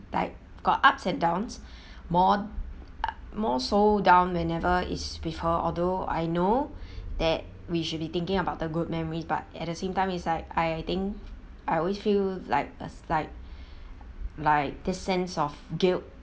like got ups and downs more more so down whenever is with her although I know that we should be thinking about the good memory but at the same time is like I think I always feel like is like like this sense of guilt